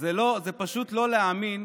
זה פשוט לא להאמין